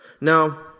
Now